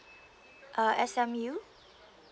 uh S_M_U